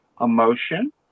emotion